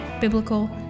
biblical